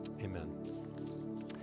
amen